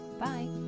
bye